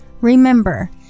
Remember